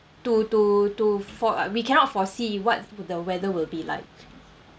to to to for uh we cannot foresee what's the weather will be like